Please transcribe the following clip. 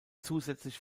zusätzlich